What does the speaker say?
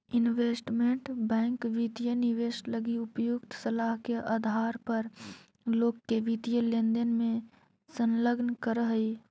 investment bank वित्तीय निवेश लगी उपयुक्त सलाह के आधार पर लोग के वित्तीय लेनदेन में संलग्न करऽ हइ